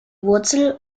wurzel